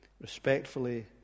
respectfully